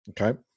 Okay